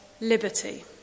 liberty